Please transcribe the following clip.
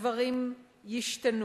הדברים ישתנו,